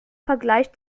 vergleich